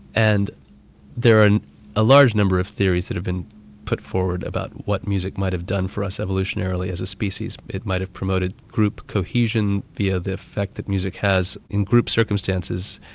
and there are a large number of theories that have been put forward about what music might have done for us evolutionarily as a species. it might have promoted group cohesion, the ah the effect that music has in group circumstances